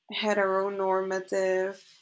heteronormative